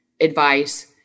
advice